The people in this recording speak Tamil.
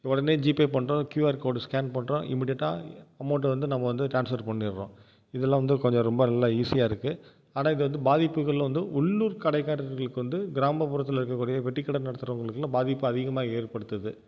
உடனே ஜிபே பண்ணுறோம் க்யூஆர் கோடு ஸ்கேன் பண்ணுறோம் இமீடியட்டாக அமௌண்ட்டை வந்து நம்ம வந்து டிரான்ஸ்ஃபர் பண்ணிட்டுறோம் இதெல்லாம் வந்து கொஞ்சம் ரொம்ப நல்லா ஈஸியாக இருக்குது ஆனால் இது வந்து பாதிப்புகள் வந்து உள்ளூர் கடைக்காரர்களுக்கு வந்து கிராமப்புறத்தில் இருக்கறக்கூடிய பெட்டிக்கடை நடத்துகிறவங்களுக்குலாம் பாதிப்பு அதிகமாக ஏற்படுத்து